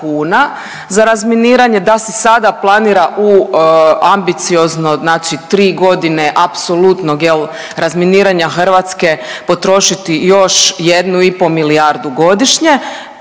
za razminiranje, da se sada planira u ambiciozno znači tri godine apsolutnog jel razminiranja Hrvatske potrošiti još jednu i po milijardu godišnje,